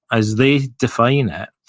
as they define it,